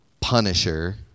punisher